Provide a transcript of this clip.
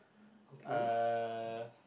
uh